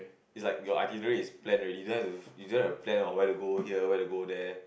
it's like your itinerary is planned already you don't have to you don't have to plan on where to go here or where to go there